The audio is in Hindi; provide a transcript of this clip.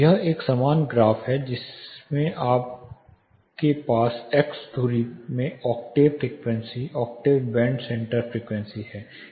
यह एक समान ग्राफ है जिसमें आपके पास एक्स धुरी में octave frequency octave band centre frequency है